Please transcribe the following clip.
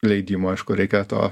leidimo aišku reikia to